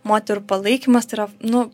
moterų palaikymas tai yra nu